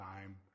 time